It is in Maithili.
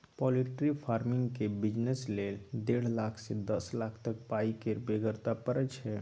पाउलट्री फार्मिंगक बिजनेस लेल डेढ़ लाख सँ दस लाख तक पाइ केर बेगरता परय छै